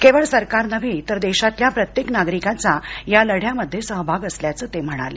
केवळ सरकार नव्हे तर देशातल्या प्रत्येक नागरिकाचा या लढ्यामध्येसहभाग असल्याचं ते म्हणाले